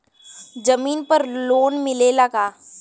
जमीन पर लोन मिलेला का?